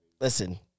Listen